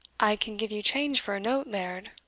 i can give you change for a note, laird,